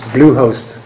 Bluehost